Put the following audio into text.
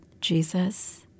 Jesus